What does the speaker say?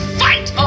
fight